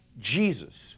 Jesus